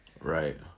right